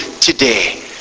today